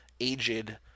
aged